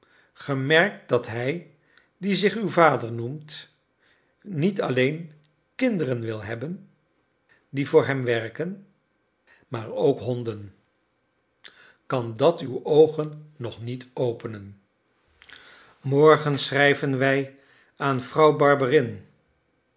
merkt dat hij die zich uw vader noemt niet alleen kinderen wil hebben die voor hem werken maar ook honden kan dat nu uw oogen nog niet openen morgen schrijven wij aan vrouw barberin